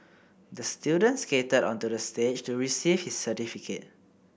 the student skated onto the stage to receive his certificate